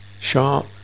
sharp